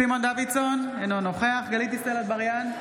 סימון דוידסון, אינו נוכח גלית דיסטל אטבריאן,